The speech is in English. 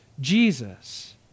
Jesus